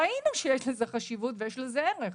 כי ראינו שיש לזה חשיבות ויש לזה ערך.